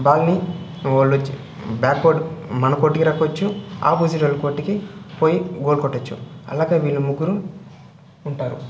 బాల్ని వాళ్లొచ్చి బ్యాక్వార్డ్ మన కోర్టుకి లాక్కోవచ్చు ఆపోజిటోల్ల కోర్ట్కి పోయి గోల్ కొట్టొచ్చు అలాగ వీళ్ళు ముగ్గురు ఉంటారు